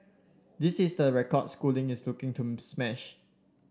this is the record Schooling is looking to smash